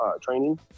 training